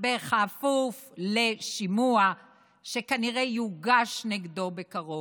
בכפוף לשימוע שכנראה יוגש נגדו בקרוב,